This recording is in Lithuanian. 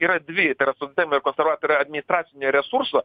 yra dvi tarp socdemų ir konservatorių administracinio resurso